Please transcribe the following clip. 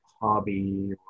hobby